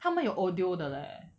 他们有 audio 的 leh